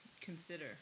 consider